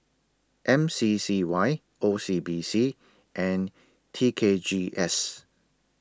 M C C Y O C B C and T K G S